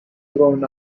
drawn